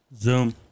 Zoom